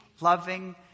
loving